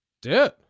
Dude